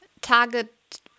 target